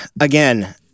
again